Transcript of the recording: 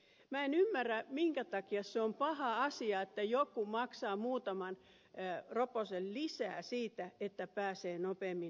minä en ymmärrä minkä takia se on paha asia että joku maksaa muutaman roposen lisää siitä että pääsee nopeammin hoitoon